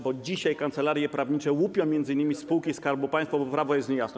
Bo dzisiaj kancelarie prawnicze łupią m.in. spółki Skarbu Państwa, bo prawo jest niejasne.